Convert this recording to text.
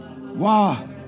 Wow